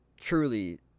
Truly